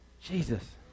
Jesus